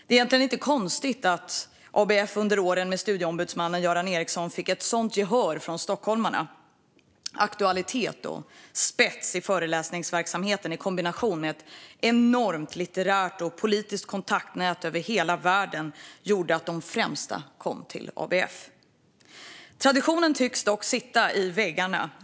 Det är egentligen inte konstigt att ABF under åren med studieombudsmannen Göran Eriksson fick ett sådant gehör hos stockholmarna. Aktualitet och spets i föreläsningsverksamheten i kombination med ett enormt litterärt och politiskt kontaktnät över hela världen gjorde att de främsta kom till ABF. Traditionen tycks sitta i väggarna.